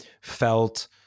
felt